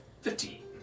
Fifteen